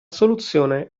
soluzione